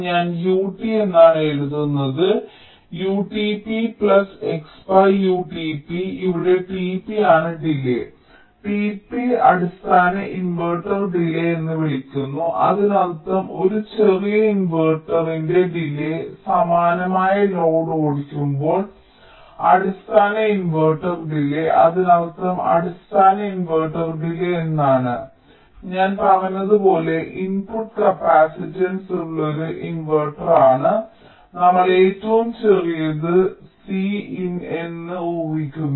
ഞാൻ U T എന്നാണ് എഴുതുന്നത് UtpXUtp ഇവിടെ tp ആണ് ഡിലേയ്യ് tp അടിസ്ഥാന ഇൻവെർട്ടർ ഡിലേയ്യ് എന്ന് വിളിക്കുന്നു അതിനർത്ഥം ഒരു ചെറിയ ഇൻവെർട്ടറിന്റെ ഡിലേയ്യ് സമാനമായ ലോഡ് ഓടിക്കുമ്പോൾ അടിസ്ഥാന ഇൻവെർട്ടർ ഡിലേയ്യ് അതിനർത്ഥം അടിസ്ഥാന ഇൻവെർട്ടർ ഡിലേയ്യ് എന്നാണ് ഞാൻ പറഞ്ഞതുപോലെ ഇൻപുട്ട് കപ്പാസിറ്റൻസ് ഉള്ള ഒരു ഇൻവെർട്ടർ ആണ് നമ്മൾ ഏറ്റവും ചെറിയത് Cin എന്ന് ഉഹിക്കുന്നത്